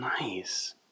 Nice